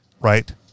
Right